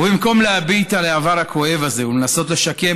ובמקום להביט על העבר הכואב הזה ולנסות לשקם